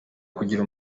kugira